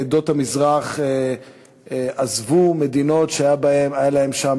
עדות המזרח עזבו מדינות שהיו להם שם